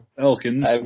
Elkins